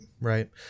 right